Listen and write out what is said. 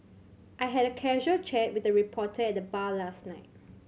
I had a casual chat with a reporter at the bar last night